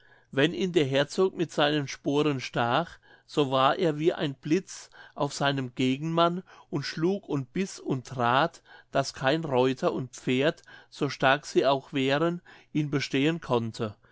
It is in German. wenn ihn der herzog mit seinen sporen stach so war er wie ein blitz auf seinem gegenmann und schlug und biß und trat daß kein reuter und pferd so stark sie auch wären ihn bestehen konnte